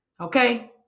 Okay